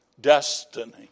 destiny